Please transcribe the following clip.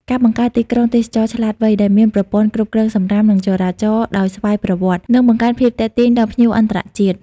ការបង្កើត "ទីក្រុងទេសចរណ៍ឆ្លាតវៃ" ដែលមានប្រព័ន្ធគ្រប់គ្រងសំរាម និងចរាចរណ៍ដោយស្វ័យប្រវត្តិ នឹងបង្កើនភាពទាក់ទាញដល់ភ្ញៀវអន្តរជាតិ។